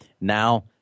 Now